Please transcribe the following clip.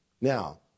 Now